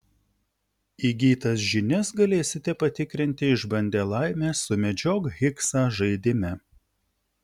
įgytas žinias galėsite patikrinti išbandę laimę sumedžiok higsą žaidime